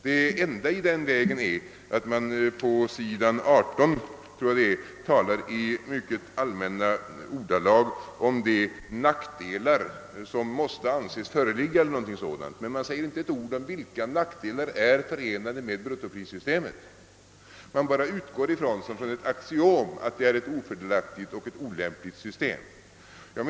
Det enda i den vägen är att man på s. 18 talar i mycket allmänna ordalag om de nackdelar som måste anses föreligga, men man säger inte ett ord om vilka nackdelar som är förenade med bruttoprissystemet. Man bara utgår från såsom ett axiom att det är ett ofördelaktigt och olämpligt system.